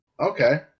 Okay